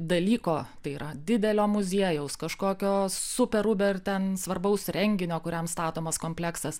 dalyko tai yra didelio muziejaus kažkokio super uber ten svarbaus renginio kuriam statomas kompleksas